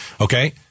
Okay